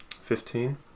fifteen